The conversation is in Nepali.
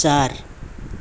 चार